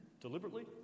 deliberately